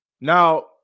Now